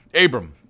Abram